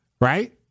Right